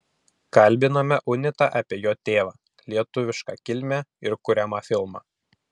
kalbinome unitą apie jo tėvą lietuvišką kilmę ir kuriamą filmą